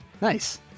Nice